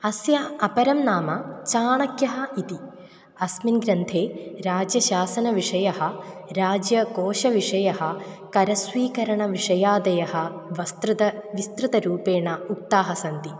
अस्य अपरः नामः चाणक्यः इति अस्मिन् ग्रन्थे राज्यशासनविषयः राज्यकोशविषयः करस्वीकरणविषयादयः विस्तृतः विस्तृतरूपेण उक्ताः सन्ति